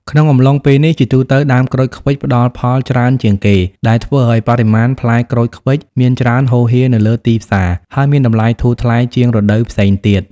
ក្នុងអំឡុងពេលនេះ ជាទូទៅដើមក្រូចឃ្វិចផ្តល់ផលច្រើនជាងគេ ដែលធ្វើឲ្យបរិមាណផ្លែក្រូចឃ្វិចមានច្រើនហូរហៀរនៅលើទីផ្សារ ហើយមានតម្លៃធូរថ្លៃជាងរដូវផ្សេងទៀត។